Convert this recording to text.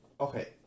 okay